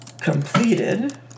Completed